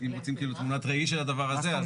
אם רוצים כאילו תמונת ראי של הדבר הזה.